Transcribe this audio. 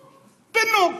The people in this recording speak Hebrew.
פינוק,